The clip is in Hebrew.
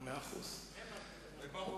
זה ברור,